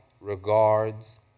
regards